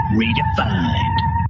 redefined